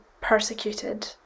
persecuted